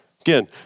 Again